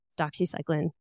doxycycline